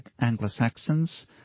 anglo-saxons